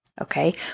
okay